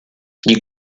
die